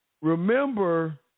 remember